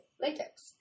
latex